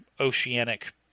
oceanic